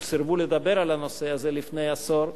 סירבו לדבר על הנושא הזה לפני עשור,